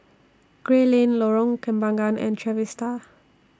Gray Lane Lorong Kembagan and Trevista